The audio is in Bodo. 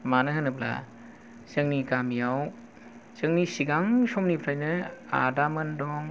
मानो होनोब्ला जोंनि गामियाव जोंनि सिगां समनिफ्रायनो आदामोन दं